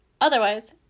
Otherwise